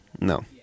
no